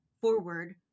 forward